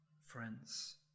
friends